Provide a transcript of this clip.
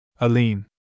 Aline